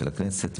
הכנסת,